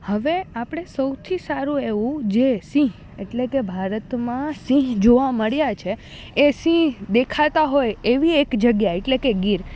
હવે આપણે સૌથી સારું એવું જે સિંહ એટલે કે ભારતમાં સિંહ જોવા મળ્યા છે એ સિંહ દેખાતા હોય એવી એક જગ્યા એટલે કે ગીર